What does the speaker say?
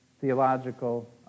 theological